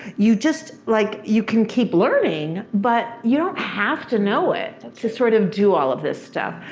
you just, like, you can keep learning. but you don't have to know it to sort of do all of this stuff.